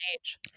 age